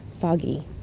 foggy